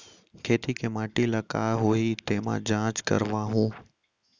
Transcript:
खेत के माटी ल का होही तेमा जाँच करवाहूँ?